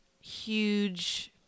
huge